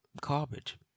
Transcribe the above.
garbage